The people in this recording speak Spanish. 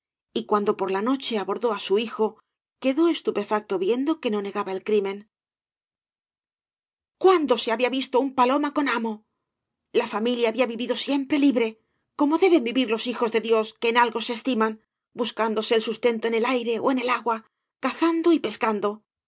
y cuando por la noche abordó á su hijo quedó estupefacto viendo que no negaba el crimen cuándo se había visto un paloma con amo la familia había vivido siempre libre como deben cañas h barro vivir los hijos de dios que eo algo se estiman buscándose el sustento en el aire ó en el agua ca zando y pescando